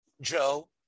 Joe